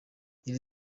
iri